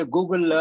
Google